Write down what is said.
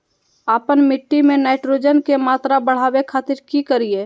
आपन मिट्टी में नाइट्रोजन के मात्रा बढ़ावे खातिर की करिय?